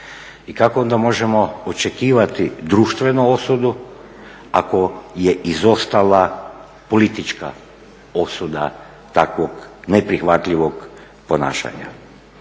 I kako onda možemo očekivati društvenu osudu ako je izostala politička osuda takvog neprihvatljivog ponašanja.